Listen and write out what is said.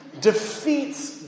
defeats